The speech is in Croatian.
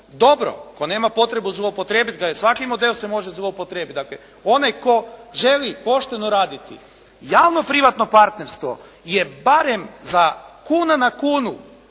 dobro, tko nema potrebu zloupotrijebit ga jer svaki model se može zloupotrijebit, dakle onaj tko želi pošteno raditi javno-privatno partnerstvo je barem za kuna na kunu